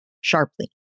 sharply